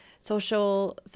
social